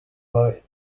white